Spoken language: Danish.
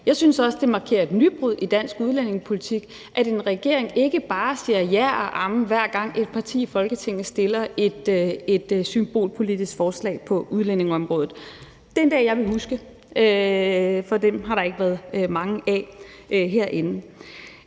Jeg synes også, det er markerer et nybrud i dansk udlændingepolitik, at en regering ikke bare siger ja og amen, hver gang et parti i Folketinget fremsætter et symbolpolitisk forslag på udlændingeområdet. Det er en dag, jeg vil huske, for dem har der ikke været mange af herinde.